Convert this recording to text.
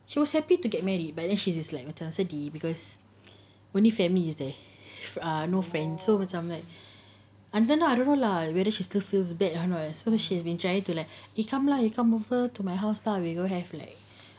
she was happy to get married but then she is like macam sedih because only family is there ah no friend so macam like entah lah I don't know lah whether she still feels bad or not uh so she's been trying to like you come lah you come over to my house lah we will have like